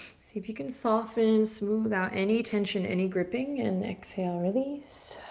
see if you can softly and smooth out any tension, any gripping, and exhale, release.